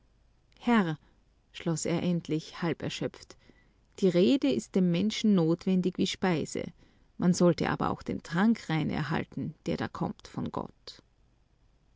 herr schloß er endlich halb erschöpft die rede ist dem menschen notwendig wie speise man sollte aber auch den trank rein erhalten der da kommt von gott